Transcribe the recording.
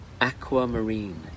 aquamarine